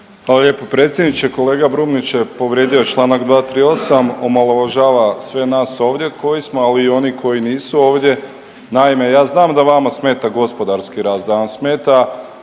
Hvala lijepo predsjedniče. Kolega Brumnić je povrijedio članak 238. omalovažava sve nas ovdje koji smo, ali i oni koji nisu ovdje. Naime, ja znam da vama smeta gospodarski rast, da vam smeta